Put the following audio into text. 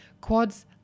quads